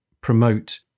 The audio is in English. promote